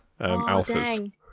alphas